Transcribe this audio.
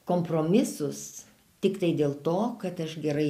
kompromisus tiktai dėl to kad aš gerai